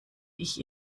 ich